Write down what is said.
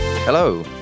Hello